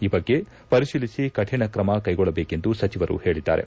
ಈ ಬಗ್ಗೆ ಪರಿತೀಲಿಸಿ ಕಠಿಣ ಕ್ರಮ ಕೈಗೊಳ್ಳಬೇಕೆಂದು ಸಚಿವರು ಹೇಳಿದ್ದಾರೆ